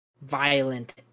violent